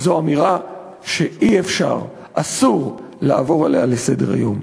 זו אמירה שאי-אפשר, אסור, לעבור עליה לסדר-היום.